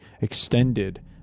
extended